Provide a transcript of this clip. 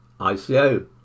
ICO